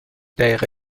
دقیقه